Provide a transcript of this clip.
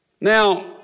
Now